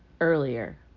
earlier